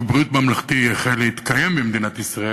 ביטוח בריאות ממלכתי יחל להתקיים במדינת ישראל,